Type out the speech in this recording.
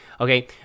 okay